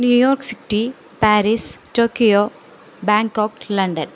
New York city Paris Tokyo Bangkok London